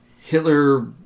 Hitler